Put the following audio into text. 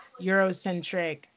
Eurocentric